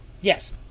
Yes